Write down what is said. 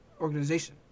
organization